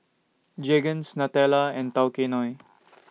Jergens Nutella and Tao Kae Noi